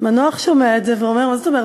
מנוח שומע את זה ואומר: מה זאת אומרת